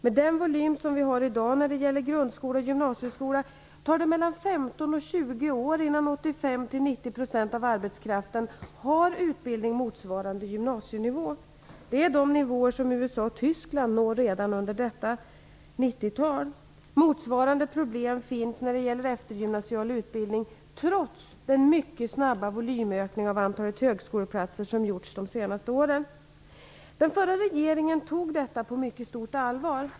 Med den volym som vi har i dag vad gäller grundskola och gymnasieskola tar det mellan 15 och 20 år innan 85-90 % av arbetskraften har utbildning motsvarande gymnasienivå. Det är nivåer som USA och Tyskland når redan detta 90-tal. Motsvarande problem finns när det gäller eftergymnasial utbildning, trots den mycket snabba volymökning av antalet högskoleplatser som gjorts under de senaste åren. Den förra regeringen tog detta på mycket stort allvar.